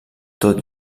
tot